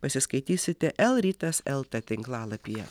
pasiskaitysite lrytas lt tinklalapyje